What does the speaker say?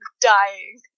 dying